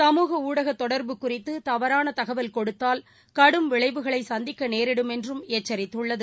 சமூகஊடக தொடர்பு குறித்து தவறான தகவல் கொடுத்தால் கடும் விளைவுகளை சந்திக்க நேிடும் என்றும் எச்சரித்துள்ளது